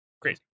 crazy